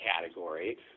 category